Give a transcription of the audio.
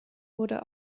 wurde